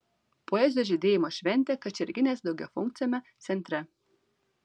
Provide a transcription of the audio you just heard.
poezijos žydėjimo šventė kačerginės daugiafunkciame centre